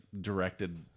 directed